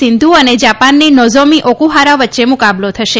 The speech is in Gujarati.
સિંધુ અને જાપાનની નોઝોમિ ઓકુહારા વચ્ચે મુકાબલો થશે